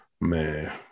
Man